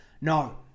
No